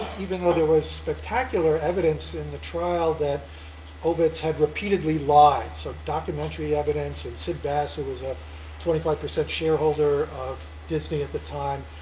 even though there was spectacular evidence in the trial that ovitz had repeatedly lied. so documentary evidence, and sid bass, who was a twenty five percent shareholder of disney at the time,